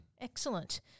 Excellent